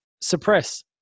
suppress